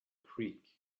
creek